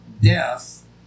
death